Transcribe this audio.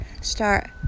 start